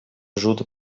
wrzód